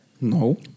No